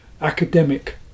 academic